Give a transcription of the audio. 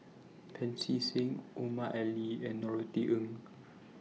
Pancy Seng Omar Ali and Norothy Ng